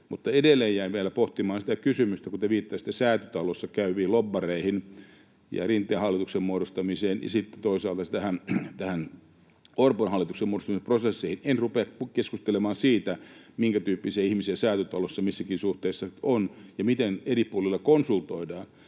edelleen jäin vielä pohtimaan sitä kysymystä, kun te viittasitte Säätytalossa käyviin lobbareihin ja Rinteen hallituksen muodostamiseen ja sitten toisaalta Orpon hallituksen muodostamiin prosesseihin. En rupea keskustelemaan siitä, minkätyyppisiä ihmisiä Säätytalossa missäkin suhteessa on ja miten eri puolilla konsultoidaan,